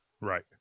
Right